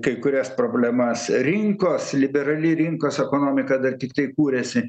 kai kurias problemas rinkos liberali rinkos ekonomika dar tiktai kūrėsi